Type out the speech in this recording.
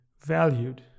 valued